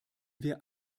wir